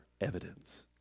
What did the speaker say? evidence